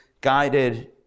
guided